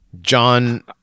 John